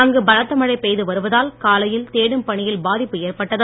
அங்கு பலத்தமழை பெய்து வருவதால் காலையில் தேடும் பணியில் பாதிப்பு ஏற்பட்டது